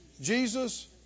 Jesus